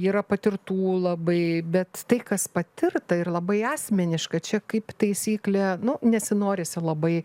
yra patirtų labai bet tai kas patirta ir labai asmeniška čia kaip taisyklė nu nesinorisi labai